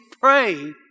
pray